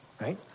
Right